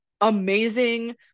amazing